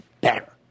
better